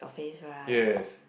your face right